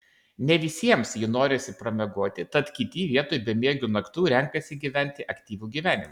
ne visiems jį norisi pramiegoti tad kiti vietoj bemiegių naktų renkasi gyventi aktyvų gyvenimą